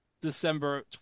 December